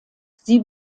sie